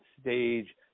stage